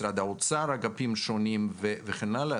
אגפים שונים ממשרד האוצר וכן הלאה.